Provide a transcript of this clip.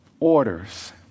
Orders